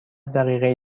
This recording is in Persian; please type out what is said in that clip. دقیقه